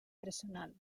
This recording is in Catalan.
personal